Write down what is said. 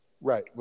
Right